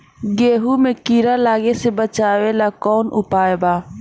गेहूँ मे कीड़ा लागे से बचावेला कौन उपाय बा?